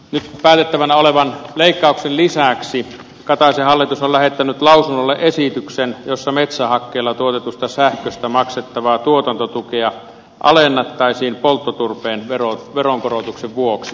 nyt päätettävänä olevan leikkauksen lisäksi kataisen hallitus on lähettänyt lausunnolle esityksen jossa metsähakkeella tuotetusta sähköstä maksettavaa tuotantotukea alennettaisiin polttoturpeen veronkorotuksen vuoksi